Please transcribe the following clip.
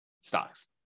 stocks